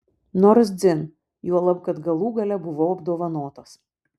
nors dzin juolab kad galų gale buvau apdovanotas